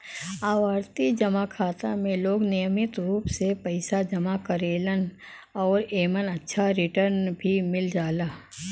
आवर्ती जमा खाता में लोग नियमित रूप से पइसा जमा करेलन आउर एमन अच्छा रिटर्न भी मिल जाला